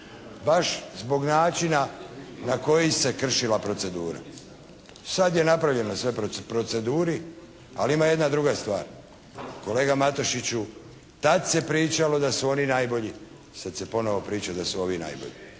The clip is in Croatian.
baš zbog načina na koji se kršila procedura. Sada je napravljeno sve po proceduri, ali ima jedna druga stvar. Kolega Matešiću tad se pričalo da su oni najbolji, sada se ponovo priča da su ovi najbolji.